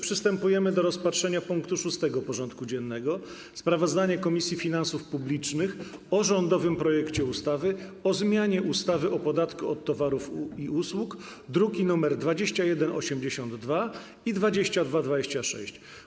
Przystępujemy do rozpatrzenia punktu 6. porządku dziennego: Sprawozdanie Komisji Finansów Publicznych o rządowym projekcie ustawy o zmianie ustawy o podatku od towarów i usług (druki nr 2182 i 2226)